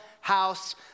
House